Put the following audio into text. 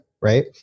right